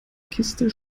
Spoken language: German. kiste